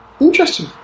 Interesting